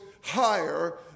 higher